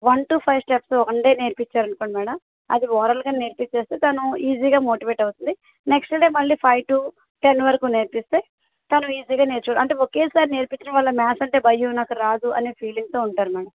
one to five steps one day నేర్పించారనుకోండి madam అది ఓరల్గా నేర్పిస్తే తను ఈజీగా మోటివేట్ అవుతుంది నెక్స్ట్ డే మళ్ళీ ఫైవ్ టు టెన్ వరకు నేర్పిస్తే తను ఈజీగా నేర్చుకుంటుంది అంటే ఒకేసారి నేర్పించడం వల్ల మాథ్స్ అంటే భయం నాకు రాదు అనే ఫీలింగ్తో ఉంటారు మేడమ్